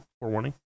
forewarning